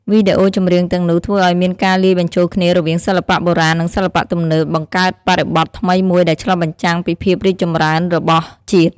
វីដេអូចម្រៀងទាំងនោះធ្វើឲ្យមានការលាយបញ្ចូលគ្នារវាងសិល្បៈបុរាណនឹងសិល្បៈទំនើប បង្កើតបរិបទថ្មីមួយដែលឆ្លុះបញ្ចាំងពីភាពរីកចម្រើនរបស់ជាតិ។